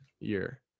year